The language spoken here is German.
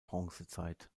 bronzezeit